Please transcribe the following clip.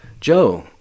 Joe